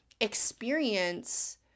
experience